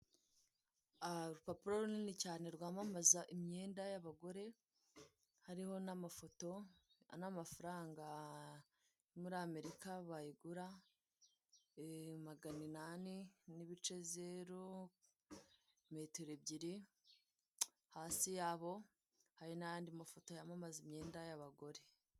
Urupapuro runini cyane rwamamaza imyenda y'abagore, hariho n'amafoto n'amafaranga muri Amerika bayigura maganinani n'ibice zeru metero ebyiri, hasi yabo hari n'andi mafoto yabo yamamaza imyenda y'abagore.